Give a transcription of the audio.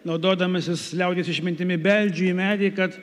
naudodamasis liaudies išmintimi beldžiu į medį kad